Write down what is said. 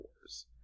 Wars